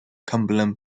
cumberland